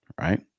right